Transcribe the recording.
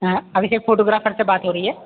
हाँ अभिषेक फोटोग्राफर से बात हो रही है